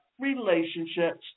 relationships